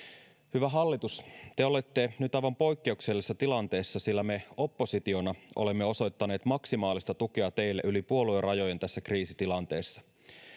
hyvä hallitus te olette nyt aivan poikkeuksellisessa tilanteessa sillä me oppositiona olemme osoittaneet maksimaalista tukea teille yli puoluerajojen tässä kriisitilanteessa